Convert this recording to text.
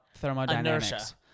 thermodynamics